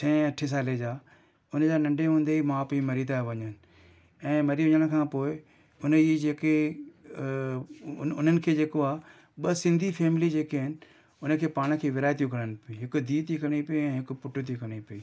छहें अठें सालें जा उनजा नंढे हूंदे ई माउ पीउ मरी था वञनि ऐं मरी वञण खां पोइ उनजी जेके उन्हनि खे जेको आहे ॿ सिंधी फैमिली जेके आहिनि उनखे पाण खे विरहाए थियूं खणनि हिकु हिकु धीउ थी खणे पई ऐं हिकु पुटु थी खणे पई